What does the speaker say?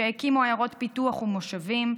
שהקימו עיירות פיתוח ומושבים,